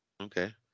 Okay